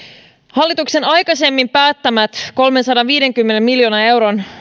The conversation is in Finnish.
hallituksen aikaisemmin päättämillä kolmensadanviidenkymmenen miljoonan euron